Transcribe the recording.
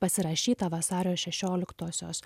pasirašytą vasario šešioliktosios